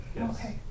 Okay